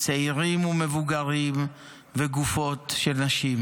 צעירים ומבוגרים וגופות של נשים.